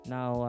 Now